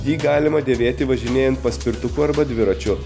jį galima dėvėti važinėjant paspirtuku arba dviračiu